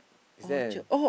is there